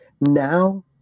now